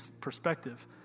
perspective